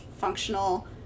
functional